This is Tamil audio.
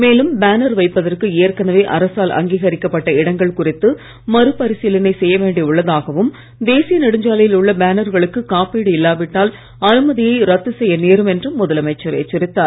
மேலும் பேனர் வைப்பதற்கு ஏற்கெனவே அரசால் அங்கீகரிக்கப்பட்ட இடங்கள் குறித்து மறுபரிசீனை செய்ய வேண்டி உள்ளதாகவும் தேசிய நெடுஞ்சாலையில் உள்ள பேனர்களுக்கு காப்பீடு இல்லாவிட்டால் அனுமதியை ரத்து செய்ய நேரும் என்றும் முதலமைச்சர் எச்சரித்தார்